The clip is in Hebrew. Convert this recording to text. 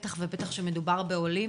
בטח ובטח שמדובר בעולים,